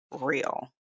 real